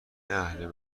اهل